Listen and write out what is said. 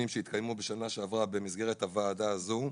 שהתקיימו בשנה שעברה במסגרת הוועדה הזאת,